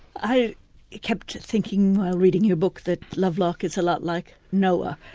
i kept thinking while reading your book that lovelock is a lot like noah,